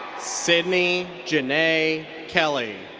sydnee janae kelley.